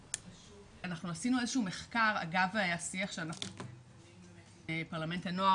אנחנו עשינו איזה שהוא מחקר אגב השיח --- פרלמנט הנוער